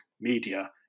media